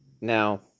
Now